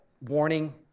warning